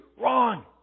Wrong